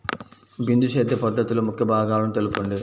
బిందు సేద్య పద్ధతిలో ముఖ్య భాగాలను తెలుపండి?